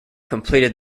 completed